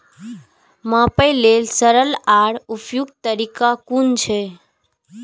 मापे लेल सरल आर उपयुक्त तरीका कुन छै?